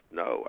no